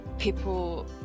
People